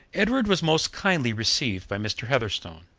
edward was most kindly received by mr. heatherstone.